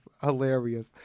hilarious